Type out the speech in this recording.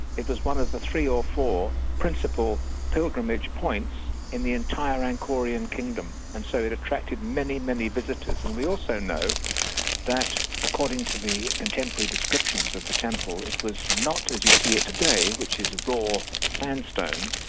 it was one of the three or four principal pilgrimage points in the entire angkorean kingdom, and so it attracted many, many visitors. and we also know that according to the contemporary descriptions of the temple, it was not as you see it today, which is raw sandstone,